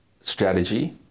strategy